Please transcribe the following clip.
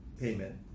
payment